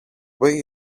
way